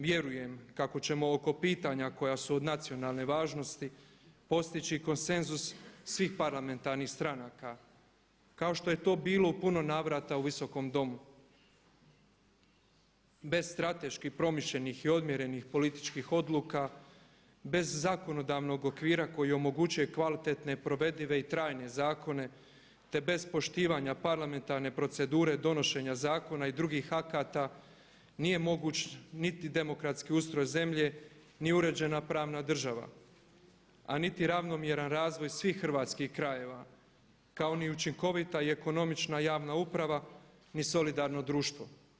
Vjerujem kako ćemo oko pitanja koja su od nacionalne važnosti postići konsenzus svih parlamentarnih stranaka kao što je to bilo u puno navrata u Visokom domu bez strateški promišljenih i odmjerenih političkih odluka, bez zakonodavnog okvira koji omogućuje kvalitetne provedive i trajne zakone, te bez poštivanja parlamentarne procedure donošenja zakona i drugih akata nije moguć niti demokratski ustroj zemlje, ni uređena pravna država, a niti ravnomjeran razvoj svih hrvatskih krajeva kao ni učinkovita i ekonomična javna uprava, ni solidarno društvo.